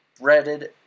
breaded